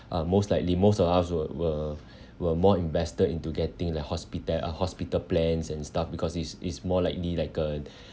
uh most likely most of us were were were more invested into getting like hospita~ uh hospital plans and stuff because it's it's more likely like a